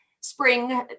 spring